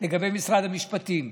על משרד המשפטים.